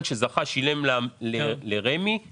למה הנושא של פיתוח ביישובים היהודיים